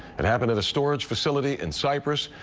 it happened at a storage facility in cyprus,